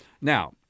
Now